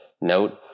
note